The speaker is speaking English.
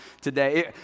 today